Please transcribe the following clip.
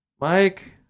Mike